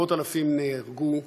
מאות-אלפים נהרגו,